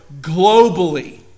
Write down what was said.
globally